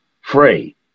free